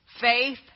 Faith